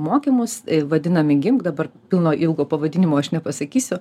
mokymus vadinami gimk dabar pilno ilgo pavadinimo aš nepasakysiu